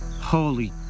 Holy